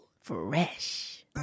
Fresh